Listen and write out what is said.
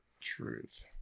Truth